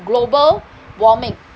global warming